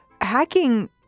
hacking